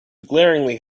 glaringly